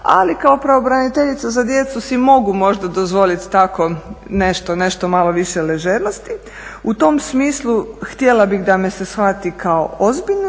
ali kao pravobraniteljica za djecu si mogu možda dozvoliti tako nešto, nešto malo više ležernosti. U tom smislu htjela bih da me se shvati kao ozbiljnu